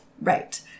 Right